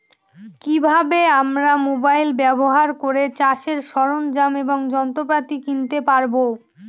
কি ভাবে আমরা মোবাইল ব্যাবহার করে চাষের সরঞ্জাম এবং যন্ত্রপাতি কিনতে পারবো?